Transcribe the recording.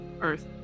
earth